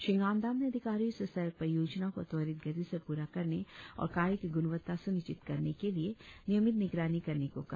श्री ङानदम ने अधिकारियों से सड़क परियोजनओं को त्वरित गति से पूरा करने और कार्य की गुणवत्ता सुनिश्चित करने के लिए नियमित निगरानी करने को कहा